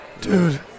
Dude